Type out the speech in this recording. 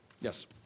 Yes